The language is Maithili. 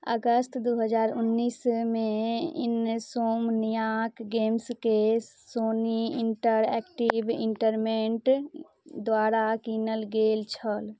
अगस्त दुइ हजार उनैसमे इनसोमनिआक गेम्सकेँ सोनी इण्टरएक्टिव इण्टरटेनमेन्ट द्वारा किनल गेल छल